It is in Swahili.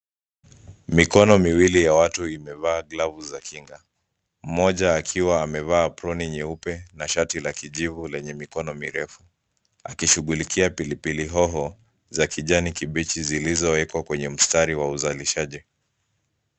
Mikono miwili ya watu imevaa glavu za kinga. Mmoja akiwa amevaa aproni nyeupe, na shati la kijivu lenye mikono mirefu, akishughulikia pilipili hoho za kijani kibichi zilizowekwa kwenye mstari wa uzalishaji.